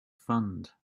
fund